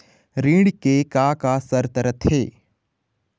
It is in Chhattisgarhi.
ऋण के का का शर्त रथे?